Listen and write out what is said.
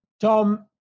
Tom